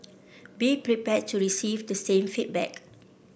be prepared to receive the same feedback